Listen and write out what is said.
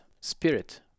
spirit